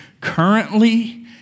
currently